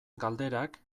galderak